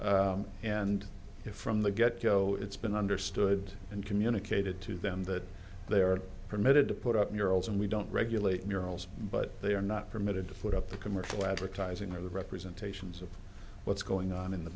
and from the get go it's been understood and communicated to them that they are permitted to put up murals and we don't regulate murals but they are not permitted to put up the commercial advertising or the representation of what's going on in the